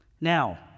Now